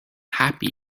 happy